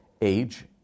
age